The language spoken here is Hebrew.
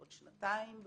בעוד שנתיים,